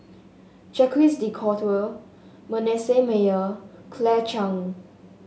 Jacques De Coutre Manasseh Meyer Claire Chiang